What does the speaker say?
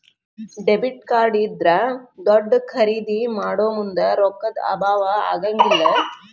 debit card ಇದ್ರಾ ದೊಡ್ದ ಖರಿದೇ ಮಾಡೊಮುಂದ್ ರೊಕ್ಕಾ ದ್ ಅಭಾವಾ ಆಗಂಗಿಲ್ಲ್